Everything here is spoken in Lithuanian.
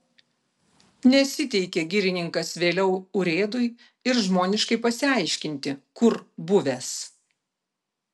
nesiteikė girininkas vėliau urėdui ir žmoniškai pasiaiškinti kur buvęs